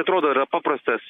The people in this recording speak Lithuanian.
atrodo yra paprastas